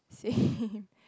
same